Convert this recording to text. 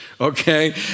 okay